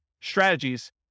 strategies